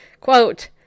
quote